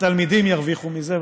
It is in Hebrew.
התלמידים ירוויחו מזה,